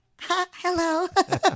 Hello